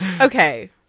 Okay